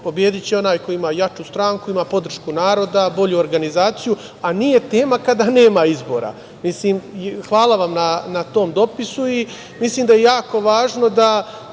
Pobediće onaj ko ima jaču stranku, ima podršku naroda, bolju organizaciju, a nije tema kada nema izbora. Hvala vam na tom dopisu. Mislim da je jako važno da